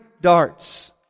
darts